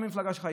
מהמפלגה שלך,